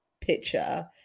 picture